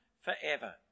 forever